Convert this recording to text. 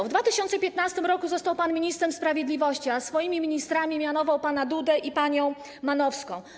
W 2015 r. został pan ministrem sprawiedliwości, a swoimi ministrami mianował pana Dudę i panią Manowską.